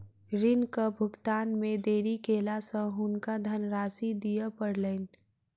ऋणक भुगतान मे देरी केला सॅ हुनका धनराशि दिअ पड़लैन